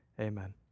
Amen